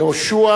יהושע